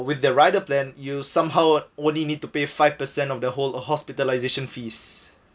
with the rider plan you somehow only need to pay five percent of the whole hospitalisation fees